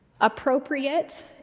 appropriate